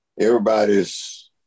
everybody's